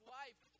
life